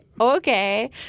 Okay